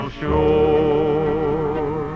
shore